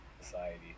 society